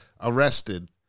arrested